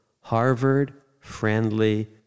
Harvard-friendly